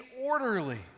orderly